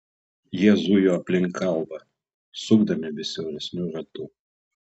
jie zujo aplink kalvą sukdami vis siauresniu ratu